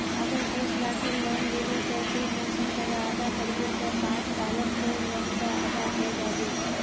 अगर बीस लाखेर लोन लिलो ते ती कुंसम करे अदा करबो ते पाँच सालोत तोर लोन डा अदा है जाबे?